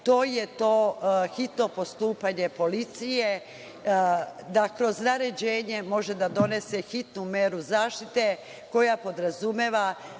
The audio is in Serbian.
to je to hitno postupanje policije, da kroz naređenje može da donese hitnu meru zaštite koja podrazumeva